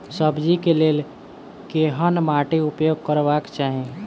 सब्जी कऽ लेल केहन माटि उपयोग करबाक चाहि?